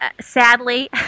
sadly